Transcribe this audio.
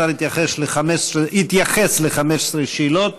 השר התייחס ל-15 שאלות,